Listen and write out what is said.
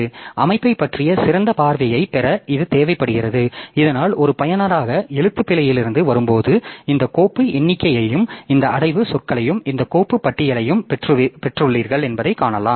எனவே அமைப்பைப் பற்றிய சிறந்த பார்வையைப் பெற இது தேவைப்படுகிறது இதனால் ஒரு பயனராக எழுத்துப்பிழையிலிருந்து வரும்போது இந்த கோப்பு எண்ணிக்கையையும் இந்த அடைவு சொற்களையும் இந்த கோப்பு பட்டியலையும் பெற்றுள்ளீர்கள் என்பதைக் காணலாம்